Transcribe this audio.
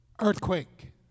Earthquake